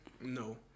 No